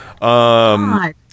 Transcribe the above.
God